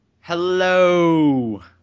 Hello